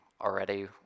already